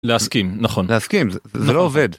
להסכים נכון להסכים זה לא עובד.